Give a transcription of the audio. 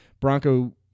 Bronco